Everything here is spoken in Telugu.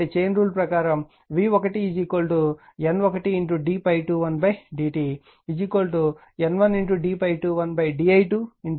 కాబట్టి చైన్ రూల్ ప్రకారం v1 N 1d ∅21dt N 1d ∅21d i 2d i 2dt